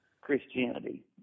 Christianity